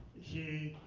he